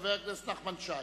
חבר הכנסת נחמן שי.